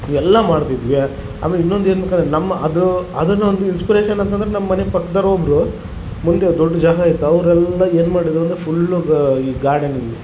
ಇವೆಲ್ಲ ಮಾಡ್ತಿದ್ವಿ ಆಮೇಲೆ ಇನ್ನೊಂದು ಏನ್ಬೇಕಂದರೆ ನಮ್ಮ ಅದು ಅದನ್ನು ಒಂದು ಇನ್ಸ್ಪಿರೇಷನ್ ಅಂತಂದ್ರೆ ನಮ್ಮಮನಿ ಪಕ್ದೊರ್ ಒಬ್ರು ಮುಂದೆ ದೊಡ್ಡ ಜಾಗ ಐತ್ ಅವರೆಲ್ಲಾ ಏನು ಮಾಡಿದ್ರು ಅಂದರೆ ಫುಲ್ಲು ಗಾ ಈ ಗಾರ್ಡನಿಂಗ್